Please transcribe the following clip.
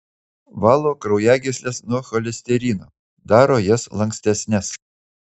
valo kraujagysles nuo cholesterino daro jas lankstesnes